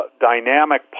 dynamic